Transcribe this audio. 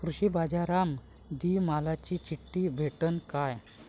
कृषीबाजारामंदी मालाची चिट्ठी भेटते काय?